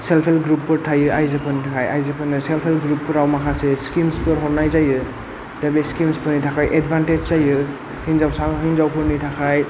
self help ग्रुपफोर थायो आइजोफोरनि थाखाय आइजोफोरनो सेल्फ हेल्फ ग्रुपफोराव माखासे स्किम्सफोर हरनाय जायो दा बे स्किम्सफोरनि थाखाय एडभान्टेज जायो हिनजावसा हिनजावफोरनि थाखाय